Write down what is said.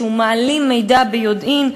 שמעלים מידע ביודעין.